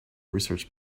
research